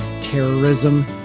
terrorism